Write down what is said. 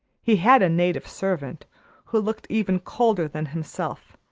he had a native servant who looked even colder than himself,